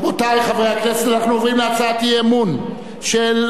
אנחנו עוברים להצעת האי-אמון של סיעת העבודה,